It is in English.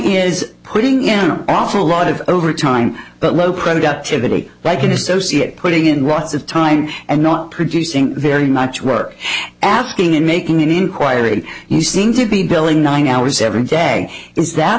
is putting in an awful lot of overtime but low productivity like an associate putting in watts of time and not producing very much work asking and making an inquiry you seem to be billing nine hours every day is that